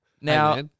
Now